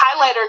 highlighter